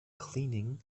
cleaning